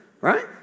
right